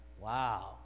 wow